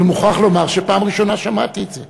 אני מוכרח לומר שזו הפעם הראשונה ששמעתי את זה.